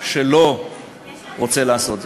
שלא רוצה לעשות זאת.